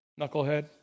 Knucklehead